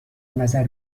نظر